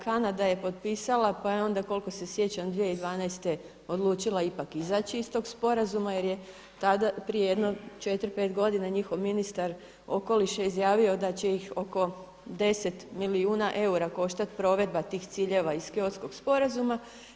Kanada je potpisala pa je koliko se sjećam 2012. odlučila ipak izaći iz tog sporazuma jer je tada, prije jedno četiri, pet godina njihov ministar okoliša izjavio da će ih oko 10 milijuna eura koštati provedba tih ciljeva iz Kyotskog sporazuma.